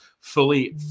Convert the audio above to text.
fully